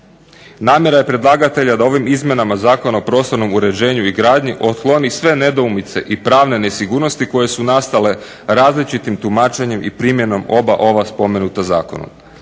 Namjera je predlagatelja da ovim izmjenama Zakona o prostornom uređenju i gradnji otkloni sve nedoumice i pravne nesigurnosti koje su nastale različitim tumačenjem i primjenom oba ova spomenuta zakona.